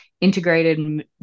integrated